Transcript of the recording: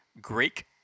Greek